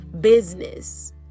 business